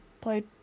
played